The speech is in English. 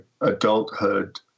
adulthood